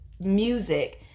music